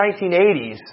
1980s